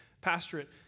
pastorate